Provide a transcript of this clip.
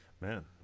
Man